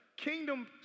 Kingdom